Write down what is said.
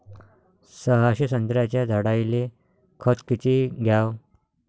सहाशे संत्र्याच्या झाडायले खत किती घ्याव?